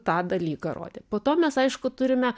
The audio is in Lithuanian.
tą dalyką rodė po to mes aišku turime